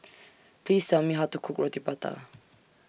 Please Tell Me How to Cook Roti Prata